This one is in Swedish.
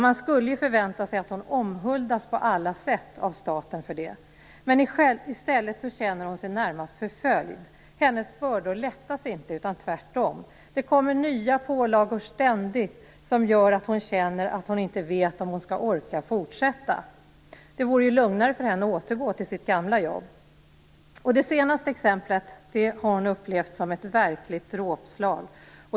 Man skulle ju förvänta sig att hon omhuldas på alla sätt av staten för det. Men i stället känner hon sig närmast förföljd. Hennes bördor lättas inte, utan tvärtom. Det kommer ständigt nya pålagor som gör att hon känner att hon inte vet om hon skall orka fortsätta. Det vore lugnare för henne att återgå till sitt gamla jobb. Det senaste exemplet har hon upplevt som ett verkligt dråpslag.